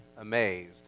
amazed